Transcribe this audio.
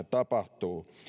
tapahtuu